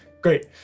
great